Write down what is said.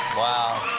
wow.